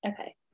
Okay